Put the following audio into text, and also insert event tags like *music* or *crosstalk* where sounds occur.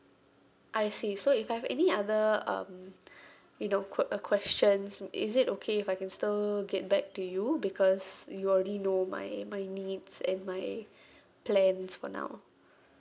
I see so if I have any other um *breath* you know qu~ uh questions is it okay if I can still get back to you because you already know my my needs and my plans for now